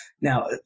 Now